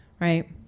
right